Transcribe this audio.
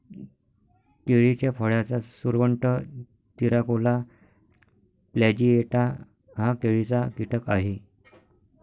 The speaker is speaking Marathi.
केळीच्या फळाचा सुरवंट, तिराकोला प्लॅजिएटा हा केळीचा कीटक आहे